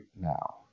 now